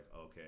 okay